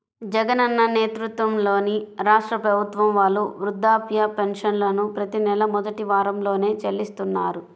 జగనన్న నేతృత్వంలోని రాష్ట్ర ప్రభుత్వం వాళ్ళు వృద్ధాప్య పెన్షన్లను ప్రతి నెలా మొదటి వారంలోనే చెల్లిస్తున్నారు